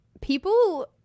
People